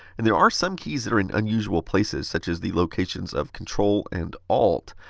and there are some keys that are in unusual places such as the locations of control and alt.